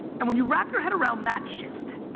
and when you wrap your head around that shift,